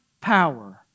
power